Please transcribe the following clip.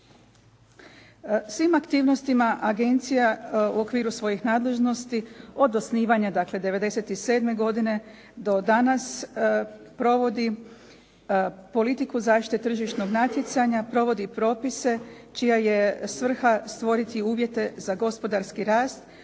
Svim aktivnostima agencija u okviru svojih nadležnosti od osnivanja dakle 1997. godine do danas provodi politiku zaštite tržišnog natjecanja, provodi propise čija je svrha stvoriti uvjete za gospodarski rast